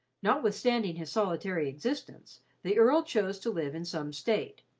notwithstanding his solitary existence, the earl chose to live in some state.